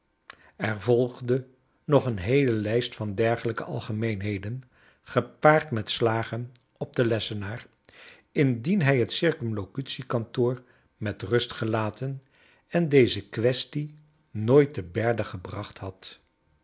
er volgde nog een heele lijst van dergelljko algemeenheden gepaard met slagen op den lessenaar indien hij het c k met rust gelaten en deze quaestie nooit te berde gebracht had